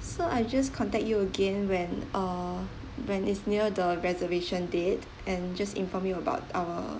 so I just contact you again when err when it's near the reservation date and just inform you about our